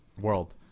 world